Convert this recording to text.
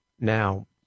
now